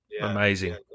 Amazing